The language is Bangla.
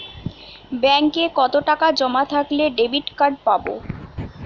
ব্যাঙ্কে কতটাকা জমা থাকলে ডেবিটকার্ড পাব?